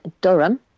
Durham